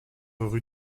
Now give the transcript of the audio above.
rue